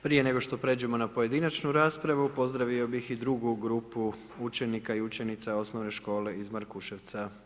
Prije nego što pređemo na pojedinačnu raspravu, pozdravio bih i drugu grupu učenika i učenica osnovne škole iz Markuševca.